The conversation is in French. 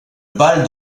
balle